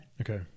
okay